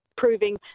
proving